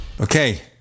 Okay